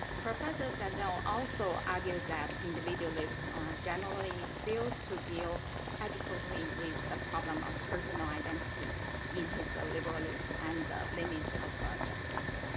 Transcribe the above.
professors sandel also argues that individualism generally fails to deal adequately with the problem of personal identity in his liberalism and limits of justice.